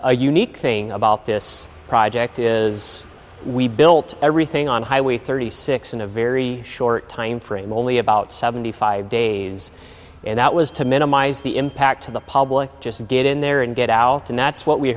a unique thing about this project is we built everything on highway thirty six in a very short timeframe only about seventy five days and that was to minimize the impact to the public just get in there and get out and that's what we